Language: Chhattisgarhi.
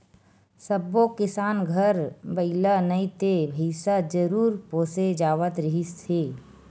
सब्बो किसान घर बइला नइ ते भइसा जरूर पोसे जावत रिहिस हे